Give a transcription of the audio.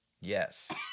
Yes